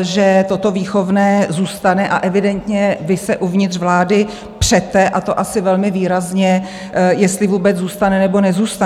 že toto výchovné zůstane, a evidentně vy se uvnitř vlády přete, a to asi velmi výrazně, jestli vůbec zůstane, nebo nezůstane.